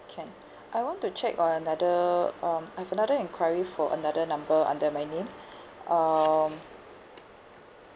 can I want to check on another um I've another enquiry for another number under my name um